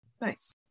Nice